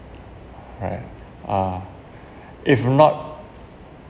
right uh if not